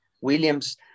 Williams